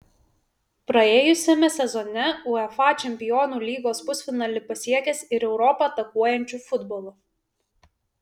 praėjusiame sezone uefa čempionų lygos pusfinalį pasiekęs ir europą atakuojančiu futbolu